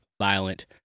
Violent